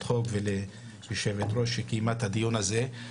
חוק וליושבת-ראש שקיימה את הדיון הזה.